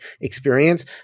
experience